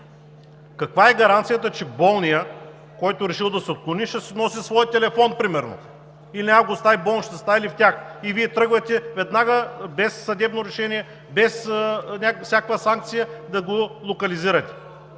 Каква е гаранцията, че болният, който е решил да се отклони, ще си носи телефона примерно или няма да го остави в болничната стая, или в тях? И Вие тръгвате веднага, без съдебно решение, без всякаква санкция да го локализирате!